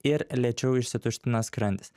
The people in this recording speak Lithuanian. ir lėčiau išsituština skrandis